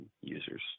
users